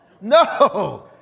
No